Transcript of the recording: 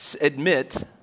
admit